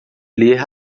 ler